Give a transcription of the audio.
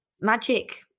magic